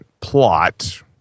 plot